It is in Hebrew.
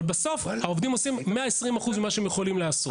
אבל בסוף העובדים עושים 120% ממה שהם יכולים לעשות.